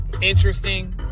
interesting